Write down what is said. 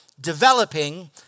developing